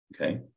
okay